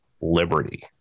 liberty